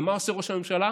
ומה עשה ראש הממשלה?